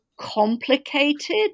complicated